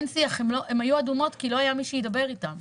הן היו אדומות כי לא היה מי שידבר איתם.